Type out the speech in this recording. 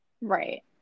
right